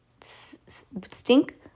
Stink